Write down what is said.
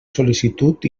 sol·licitud